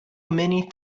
many